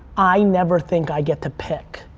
i never think i get to pick.